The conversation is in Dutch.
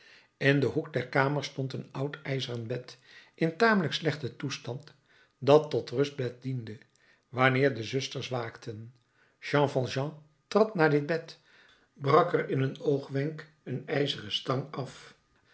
in den hoek der kamer stond een oud ijzeren bed in tamelijk slechten toestand dat tot rustbed diende wanneer de zusters waakten jean valjean trad naar dit bed brak er in een oogwenk een ijzeren stang af